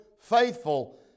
faithful